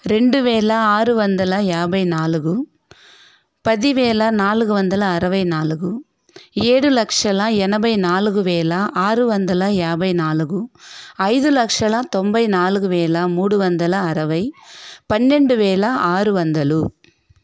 రెండు వేల ఆరు వందల యాభై నాలుగు పదివేల నాలుగు వందల అరవై నాలుగు ఏడు లక్షల ఎనభై నాలుగు వేల ఆరు వందల యాభై నాలుగు ఐదు లక్షల తొంభై నాలుగు వేల మూడు వందల అరవై పన్నెండు వేల ఆరు వందలు